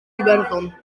iwerddon